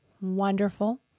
wonderful